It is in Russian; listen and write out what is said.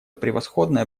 превосходное